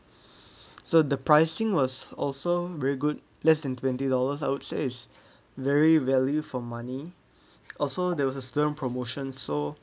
so the pricing was also very good less than twenty dollars I would say is very value for money also there was a student promotion so